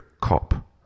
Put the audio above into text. Cop